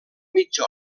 mitja